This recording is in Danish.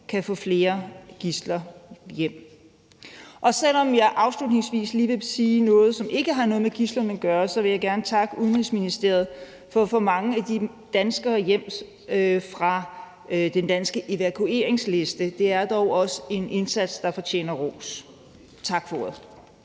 kan få flere gidsler hjem. Selv om jeg afslutningsvis lige vil sige noget, som ikke har noget med gidslerne at gøre, vil jeg gerne takke Udenrigsministeriet for at få mange af de danskere hjem, som stod på den danske evakueringsliste. Det er dog også en indsats, der fortjener ros. Tak for